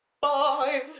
Five